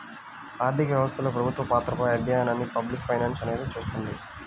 ఆర్థిక వ్యవస్థలో ప్రభుత్వ పాత్రపై అధ్యయనాన్ని పబ్లిక్ ఫైనాన్స్ అనేది చూస్తుంది